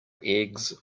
eggs